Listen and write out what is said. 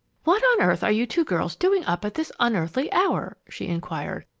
what on earth are you two girls doing up at this unearthly hour? she inquired.